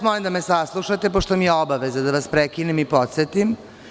Molim da me saslušate, pošto mi je obaveza da vas prekinem i podsetim.